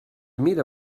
mira